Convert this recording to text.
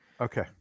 Okay